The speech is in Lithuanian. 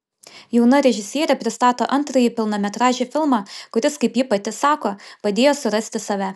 jauna režisierė pristato antrąjį pilnametražį filmą kuris kaip ji pati sako padėjo surasti save